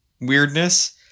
weirdness